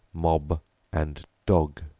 mob and dog.